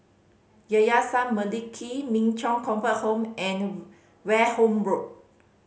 Yayasan Mendaki Min Chong Comfort Home and Wareham Road